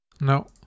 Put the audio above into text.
No